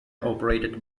operated